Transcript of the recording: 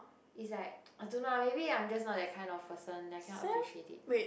is like I don't know ah maybe I'm just not that kind of person then I cannot appreciate it